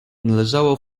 należało